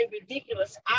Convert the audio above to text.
ridiculous